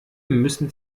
müssen